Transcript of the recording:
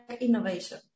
innovation